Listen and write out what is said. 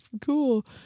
cool